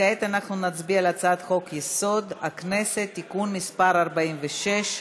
כעת אנחנו נצביע על הצעת חוק-יסוד: הכנסת (תיקון מס' 46),